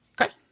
Okay